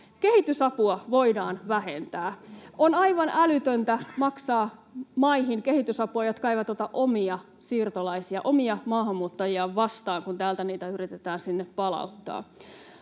Kehitysapua voidaan vähentää. On aivan älytöntä maksaa kehitysapua maihin, jotka eivät ota omia siirtolaisia, omia maahanmuuttajiaan vastaan, kun täältä heitä yritetään sinne palauttaa.